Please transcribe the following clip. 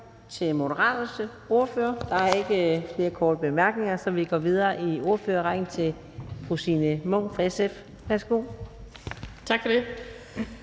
til Moderaternes ordfører. Der er ikke flere korte bemærkninger, og så går vi videre i ordførerrækken til fru Signe Munk fra SF. Værsgo. Kl.